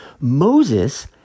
Moses